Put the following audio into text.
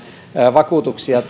vakuutuksia